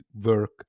work